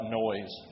noise